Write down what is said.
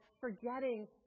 forgetting